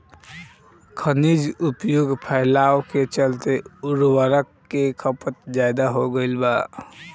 खनिज उपयोग फैलाव के चलते उर्वरक के खपत ज्यादा हो गईल बा